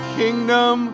kingdom